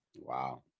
Wow